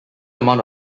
amount